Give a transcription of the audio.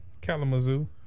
Kalamazoo